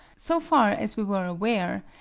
so far as we were aware,